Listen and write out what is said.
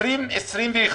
בשנת 2021